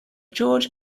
george